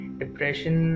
depression